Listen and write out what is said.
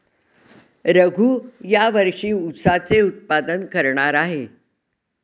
रघू या वर्षी ऊसाचे उत्पादन करणार आहे